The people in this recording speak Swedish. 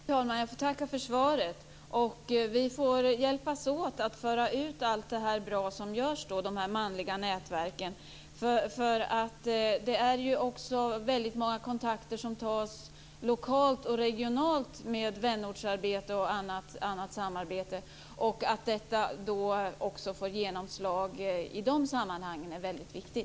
Fru talman! Jag får tacka för svaret. Vi får hjälpas åt att föra ut allt detta som görs och som är bra, de manliga nätverken. Det är ju nämligen också väldigt många kontakter som tas lokalt och regionalt i form av vänortsarbete och annat samarbete. Det är viktigt att detta får genomslag också i dessa sammanhang.